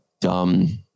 dumb